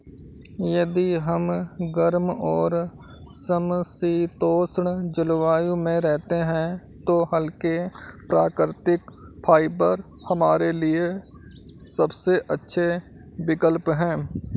यदि हम गर्म और समशीतोष्ण जलवायु में रहते हैं तो हल्के, प्राकृतिक फाइबर हमारे लिए सबसे अच्छे विकल्प हैं